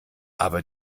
aber